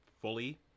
fully